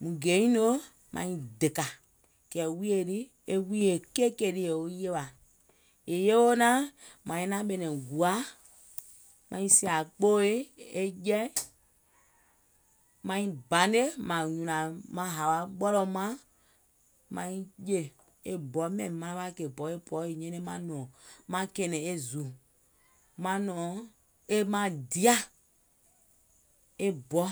mùŋ geèiŋ nòo, maiŋ dèkà, e wùìyè lii, e wùìyè keekèè lii yòo yèwà, è yewoo naàŋ, màiŋ naàŋ ɓɛ̀nɛ̀ŋ sìà kpoòi, e jɛi, maiŋ banè, màŋ nyùnàŋ maŋ hàwa ɓɔlɔ̀ɔ̀um màŋ maiŋ jè. E bɔ mɛ̀, manaŋ wa kèè bɔɛ̀, e bɔɛ̀ nyɛnɛŋ maŋ kɛ̀ɛ̀nɛ̀ŋ zùlù, maŋ nɔ̀ŋ e maŋ dià, e bɔ.